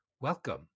Welcome